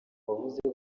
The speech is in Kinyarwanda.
wavuze